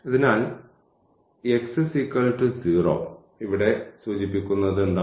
അതിനാൽ ഈ വരി x 0 ഇവിടെ സൂചിപ്പിക്കുന്നത് എന്താണ്